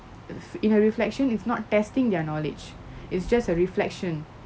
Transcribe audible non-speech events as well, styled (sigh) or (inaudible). you know reflection is not testing their knowledge (breath) it's just a reflection